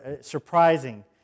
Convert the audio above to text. surprising